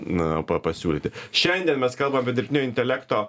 na pa pasiūlyti šiandien mes kalbam apie dirbtinio intelekto